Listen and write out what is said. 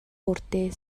бүрдээ